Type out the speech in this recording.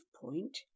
point